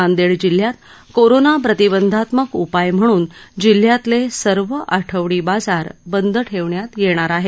नांदेड जिल्ह्यात कोरोना प्रतिबंधात्मक उपाय म्हणून जिल्ह्यातले सर्व आठवडी बाजार बंद ठेवण्यात येणार आहेत